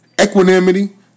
Equanimity